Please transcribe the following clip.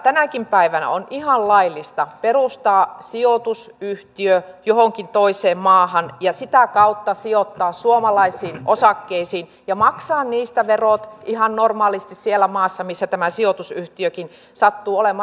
tänäkin päivänä on ihan laillista perustaa sijoitusyhtiö johonkin toiseen maahan ja sitä kautta sijoittaa suomalaisiin osakkeisiin ja maksaa niistä verot ihan normaalisti siellä maassa missä tämä sijoitusyhtiökin sattuu olemaan